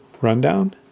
rundown